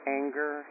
anger